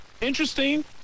interesting